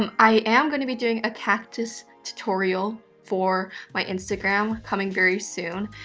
um i am gonna be doing a cactus tutorial for my instagram coming very soon.